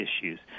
issues